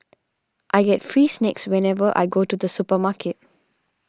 I get free snacks whenever I go to the supermarket